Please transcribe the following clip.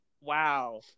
wow